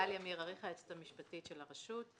היועצת המשפטית של הרשות.